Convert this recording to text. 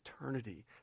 eternity